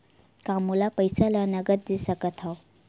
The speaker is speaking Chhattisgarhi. का मोला पईसा ला नगद दे सकत हव?